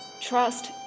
trust